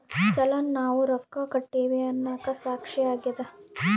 ಚಲನ್ ನಾವ್ ರೊಕ್ಕ ಕಟ್ಟಿವಿ ಅನ್ನಕ ಸಾಕ್ಷಿ ಆಗ್ಯದ